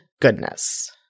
goodness